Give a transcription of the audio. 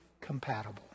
compatible